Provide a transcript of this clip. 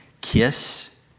kiss